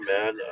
man